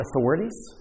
authorities